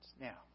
Now